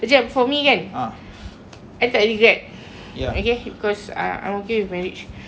okay because I I'm okay with marriage but uh macam being